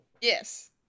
Yes